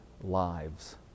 lives